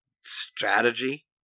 strategy